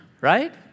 right